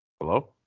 Hello